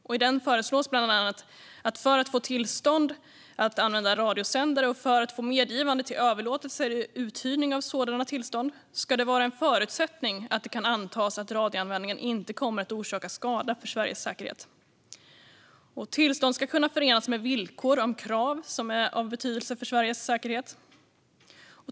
I den föreslås bland annat att för att få tillstånd att använda radiosändare och för att få medgivande till överlåtelse eller uthyrning av sådana tillstånd ska det vara en förutsättning att det kan antas att radioanvändningen inte kommer att orsaka skada för Sveriges säkerhet. Tillstånd ska kunna förenas med villkor om krav som är av betydelse för Sveriges säkerhet.